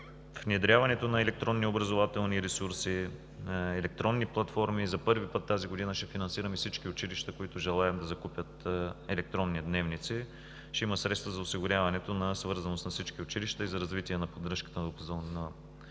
за внедряването на електронни образователни ресурси, електронни платформи. За първи път тази година ще финансираме всички училища, които желаем да закупят електронни дневници. Ще има средства за осигуряването на свързаност на всички училища и за развитие на поддръжката на опорната мрежа.